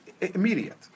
immediate